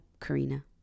Karina